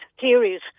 theories